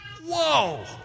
whoa